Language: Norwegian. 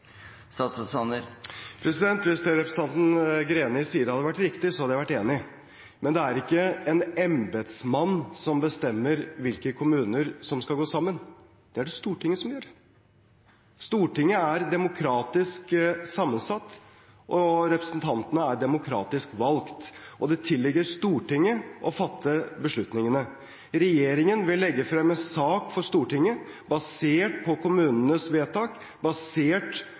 Hvis det representanten Greni sier, hadde vært riktig, hadde jeg vært enig. Men det er ikke en embetsmann som bestemmer hvilke kommuner som skal gå sammen. Det er det Stortinget som gjør. Stortinget er demokratisk sammensatt, og representantene er demokratisk valgt. Det tilligger Stortinget å fatte beslutningene. Regjeringen vil legge frem en sak for Stortinget basert på kommunenes vedtak, basert